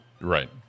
Right